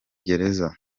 gereza